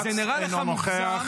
אינו נוכח.